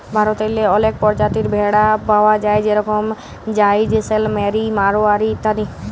ভারতেল্লে অলেক পরজাতির ভেড়া পাউয়া যায় যেরকম জাইসেলমেরি, মাড়োয়ারি ইত্যাদি